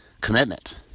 commitment